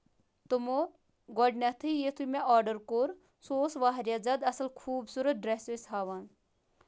تٕمَو گۄڈٕنیتھٕے یِتھُے مےٚ آرڈر کوٚر سُہ اوس واریاہ زیادٕ اَصٕل خوٗبصوٗرت ڈریس اَسہِ ہاوان